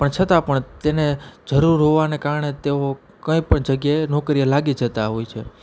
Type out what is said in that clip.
પણ છતાં પણ તેને જરૂર હોવાને કારણે તેઓ કંઇપણ જગ્યાએ નોકરીએ લાગી જતાં હોય છે